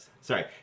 Sorry